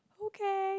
okay